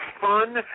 Fun